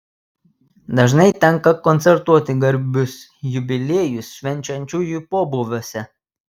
dažnai tenka koncertuoti garbius jubiliejus švenčiančiųjų pobūviuose